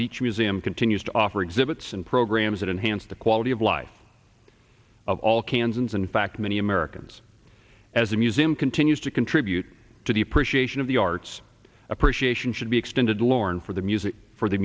beach museum continues to offer exhibits and programs that enhance the quality of life of all kansans in fact many americans as a museum continues to contribute to the appreciation of the arts appreciation should be extended to lauren for the music for the